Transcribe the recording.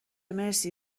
مرسی